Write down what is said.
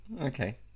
Okay